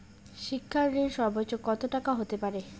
শিক্ষা ঋণ সর্বোচ্চ কত টাকার হতে পারে?